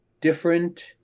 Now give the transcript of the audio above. different